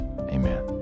Amen